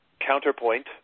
Counterpoint